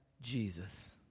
Jesus